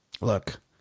Look